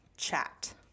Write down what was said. chat